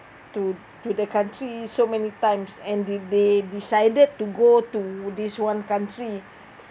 to to the country so many times and they they decided to go to this one country